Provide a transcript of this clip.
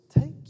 Take